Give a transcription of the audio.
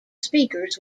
speakers